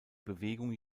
bewegung